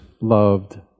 loved